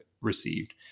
received